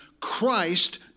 Christ